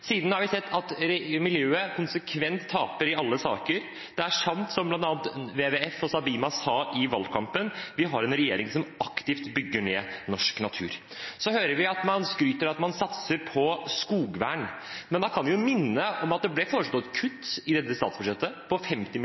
Siden har vi sett at miljøet konsekvent taper i alle saker. Det er sant som bl.a. WWF og Sabima sa i valgkampen, vi har en regjering som aktivt bygger ned norsk natur. Vi hører at man skryter av at man satser på skogvern. Da kan vi minne om at det ble foreslått kutt i dette statsbudsjettet på 50